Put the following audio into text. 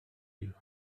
you